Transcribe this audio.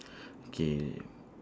K